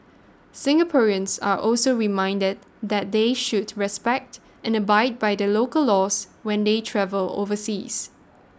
Singaporeans are also reminded that they should respect and abide by the local laws when they travel overseas